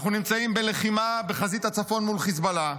אנחנו נמצאים בלחימה בחזית הצפון מול חיזבאללה,